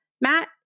Matt